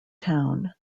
town